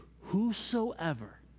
whosoever